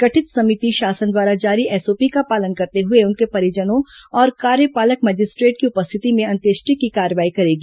गठित समिति शासन द्वारा जारी एसओपी का पालन करते हुए उनके परिजनों और कार्यपालक मजिस्ट्रेट की उपस्थिति में अंत्येष्टि की कार्रवाई करेगी